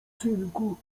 synku